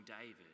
David